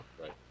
Right